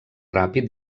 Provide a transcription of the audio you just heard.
ràpid